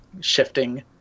shifting